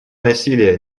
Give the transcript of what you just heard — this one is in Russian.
насилие